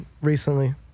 recently